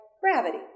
gravity